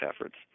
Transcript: efforts